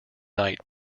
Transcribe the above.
night